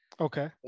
Okay